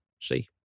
See